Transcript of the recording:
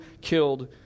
killed